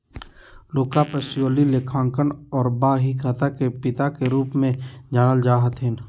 Luca Pacioli लेखांकन आर बहीखाता के पिता के रूप मे जानल जा हथिन